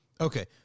Okay